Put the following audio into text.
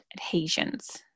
adhesions